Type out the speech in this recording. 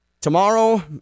tomorrow